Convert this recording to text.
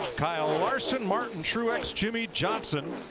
kyle larson, mark and truex, jimmie johnson.